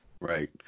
Right